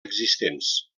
existents